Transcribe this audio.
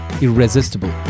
irresistible